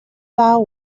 vow